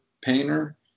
painter